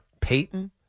Peyton